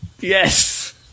Yes